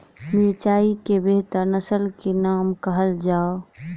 मिर्चाई केँ बेहतर नस्ल केँ नाम कहल जाउ?